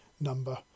number